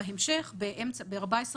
בהמשך, ב-14 בפברואר,